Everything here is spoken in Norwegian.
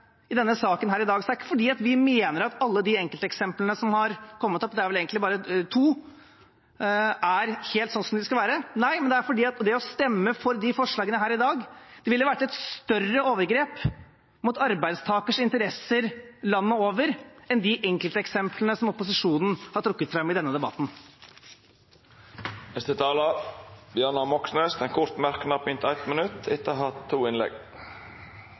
i denne saken her i dag, er det ikke fordi vi mener at alle de enkelteksemplene som har kommet opp – det er vel egentlig bare to – er helt sånn som det skal være. Nei, det er fordi det å stemme for de forslagene her i dag ville vært et større overgrep mot arbeidstakeres interesser landet over enn de enkelteksemplene som opposisjonen har trukket fram i denne debatten. Representanten Bjørnar Moxnes har hatt ordet to gonger tidlegare og får ordet til ein kort merknad, avgrensa til 1 minutt.